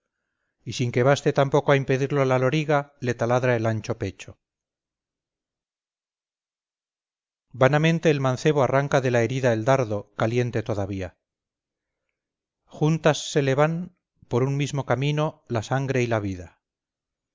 y sin que baste tampoco a impedirlo la loriga le taladra el ancho pecho vanamente el mancebo arranca de la herida el dardo caliente todavía juntas se le van por un mismo camino la sangre y la vida